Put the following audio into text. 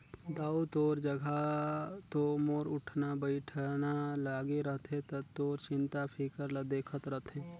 दाऊ तोर जघा तो मोर उठना बइठना लागे रथे त तोर चिंता फिकर ल देखत रथें